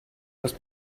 hast